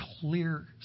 clear